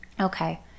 okay